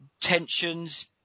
tensions